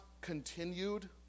continued